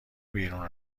بیرون